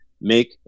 make